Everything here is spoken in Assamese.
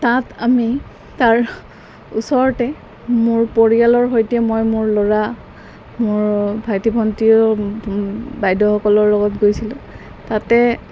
তাত আমি তাৰ ওচৰতে মোৰ পৰিয়ালৰ সৈতে মই মোৰ ল'ৰা মোৰ ভাইটি ভণ্টি আৰু বাইদেউসকলৰ লগত গৈছিলোঁ তাতে